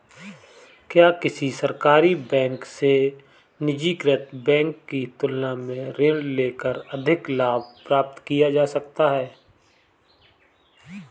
क्या किसी सरकारी बैंक से निजीकृत बैंक की तुलना में ऋण लेकर अधिक लाभ प्राप्त किया जा सकता है?